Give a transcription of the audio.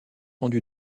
rendus